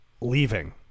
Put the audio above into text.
leaving